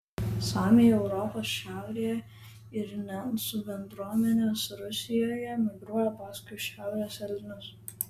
samiai europos šiaurėje ir nencų bendruomenės rusijoje migruoja paskui šiaurės elnius